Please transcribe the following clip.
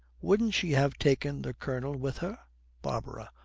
wouldn't she have taken the colonel with her barbara.